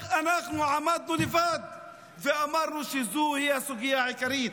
רק אנחנו עמדנו לבד ואמרנו שזוהי הסוגיה העיקרית.